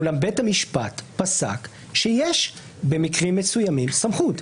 אולם בית המשפט פסק שיש במקרים מסוימים סמכות.